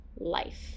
life